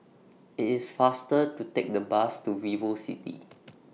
IT IS faster to Take The Bus to Vivo City